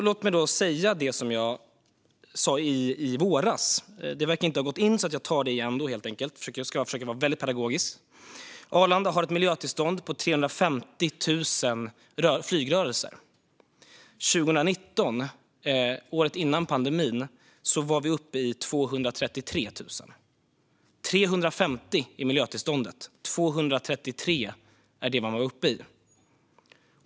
Låt mig säga det som jag sa i våras. Det verkar inte ha gått in, så jag tar det igen. Jag ska försöka vara väldigt pedagogisk. Arlanda har ett miljötillstånd för 350 000 flygrörelser. År 2019, året innan pandemin, var vi uppe i 233 000 flygrörelser. Miljötillståndet gäller 350 000, och 233 000 är det man då var uppe i.